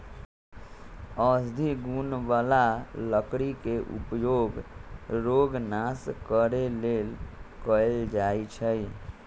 औषधि गुण बला लकड़ी के उपयोग रोग नाश करे लेल कएल जाइ छइ